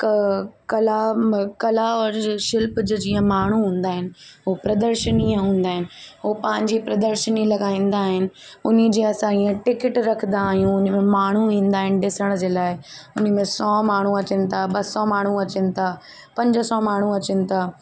क कला कला और शिल्प जो जीअं माण्हू हूंदा आहिनि उहो प्रदर्शनीअ हूंदा आहिनि उहो पंहिंजी प्रदर्शनी लॻाईंदा आहिनि उन जी असां हीअंर टिकिट रखंदा आहियूं उन में माण्हू ईंदा आहिनि ॾिसण जे लाइ उन में सौ माण्हू अचनि था ॿ सौ माण्हू अचनि था पंज सौ माण्हू अचनि था